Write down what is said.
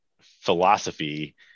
philosophy